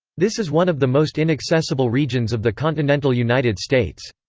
this is one of the most inaccessible regions of the continental united states.